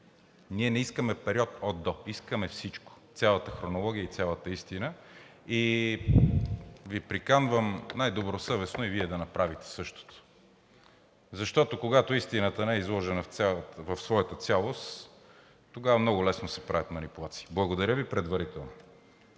Ние не искаме период от до, искаме всичко, цялата хронология и цялата истина. И Ви приканвам най добросъвестно и Вие да направите същото, защото, когато истината не е изложена в своята цялост, тогава много лесно се правят манипулации. Благодаря Ви предварително.